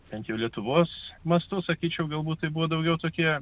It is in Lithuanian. bent jau lietuvos mastu sakyčiau galbūt tai buvo daugiau tokie